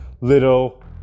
little